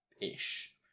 ish